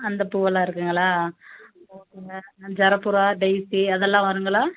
அந்த பூவெல்லாம் இருக்குங்களா ஓகேங்க ஜரபுரா டெய்சி அதெல்லாம் வருங்களா